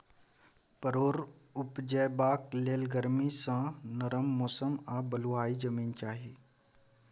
परोर उपजेबाक लेल गरमी सँ नरम मौसम आ बलुआही जमीन चाही